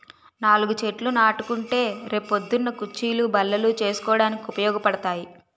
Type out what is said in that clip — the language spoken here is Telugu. నాలుగు చెట్లు నాటుకుంటే రే పొద్దున్న కుచ్చీలు, బల్లలు చేసుకోడానికి ఉపయోగపడతాయి